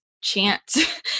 chance